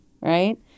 right